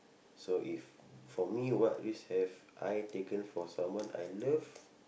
so if for me what risk have I taken for someone I love